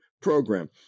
program